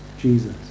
Jesus